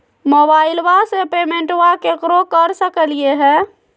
मोबाइलबा से पेमेंटबा केकरो कर सकलिए है?